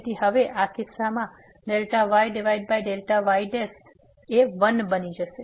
તેથી હવે આ કિસ્સામાં yy તેથી આ 1 ની જેમ બનશે